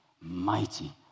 mighty